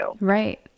Right